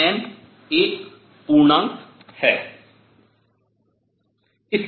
और n एक पूर्णांक है